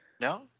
No